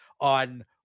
on